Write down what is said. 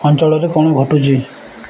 ଅଞ୍ଚଳରେ କ'ଣ ଘଟୁଛି